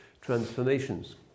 transformations